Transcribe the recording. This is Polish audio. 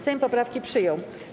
Sejm poprawki przyjął.